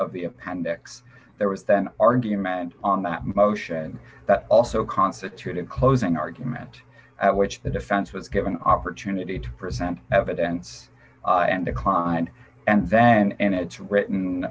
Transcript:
of the appendix there was an argument on that motion that also constitute a closing argument at which the defense was given an opportunity to present evidence and declined and then end its